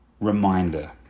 reminder